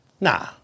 Nah